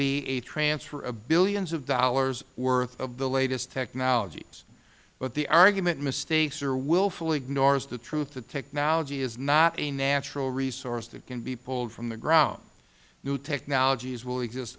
be a transfer of billions of dollars worth of the latest technologies but the argument mistakes or willfully ignores the truth that technology is not a natural resource that can be pulled from the ground new technologies will exist